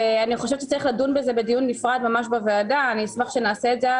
אני חושבת שצריך לדון בה בדיון נפרד בוועדה ואני אשמח שנעשה אותו.